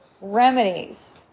remedies